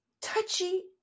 touchy